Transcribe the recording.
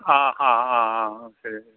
ആ ആ ആ അ ശരി